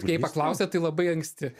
jei paklausėt tai labai anksti